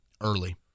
early